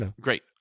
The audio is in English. Great